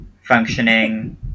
functioning